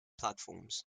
platforms